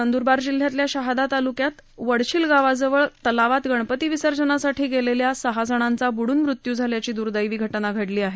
नंद्रबार जिल्ह्यातील शहादा तालुक्यात वडछील गावाजवळील तलावात गणपती विसर्जनासाठी गेलेल्या सहा जणांचा ब्ड्न मृत्य् झाल्याची द्र्दैवी घटना घडली आहे